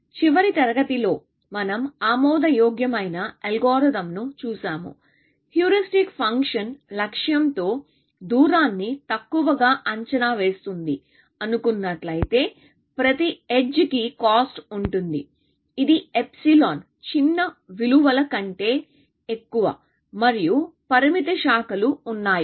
చివరి తరగతిలో మనం ఆమోదయోగ్యమైన అల్గోరిథం ను చూశాము హ్యూరిస్టిక్ ఫంక్షన్ లక్ష్యంతో దూరాన్ని తక్కువగా అంచనా వేస్తుంది అనుకున్నట్లయితే ప్రతి ఎడ్జ్ కి కాస్ట్ ఉంటుంది ఇది ఎప్సిలాన్ చిన్న విలువల కంటే ఎక్కువ మరియు పరిమిత శాఖలు ఉన్నాయి